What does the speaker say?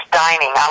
dining